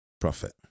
profit